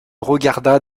regarda